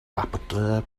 rapporteur